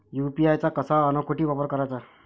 UPI चा कसा अन कुटी वापर कराचा?